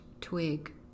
twig